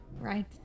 Right